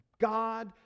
God